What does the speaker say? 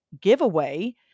giveaway